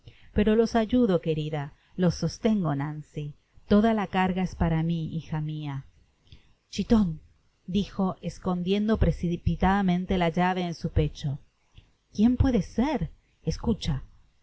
pero los ayudo querida los sostengo nancy toda la carga es para mi hija mía chitón dijo escondiendo precipitadamente la llave en su pecho quién puede ser escucha